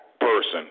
person